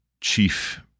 chief